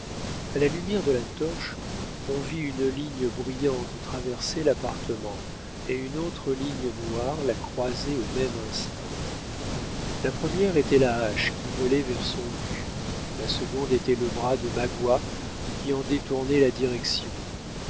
à la lumière de la torche on vit une ligne brillante traverser l'appartement et une autre ligne noire la croiser au même instant la première était la hache qui volait vers son but la seconde était le bras de magua qui en détournait la direction